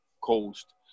Coast